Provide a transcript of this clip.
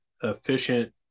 efficient